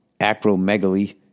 acromegaly